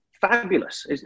fabulous